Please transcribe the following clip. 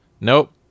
Nope